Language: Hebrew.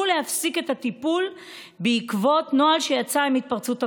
להפסיק את הטיפול בעקבות נוהל שיצא עם התפרצות הקורונה.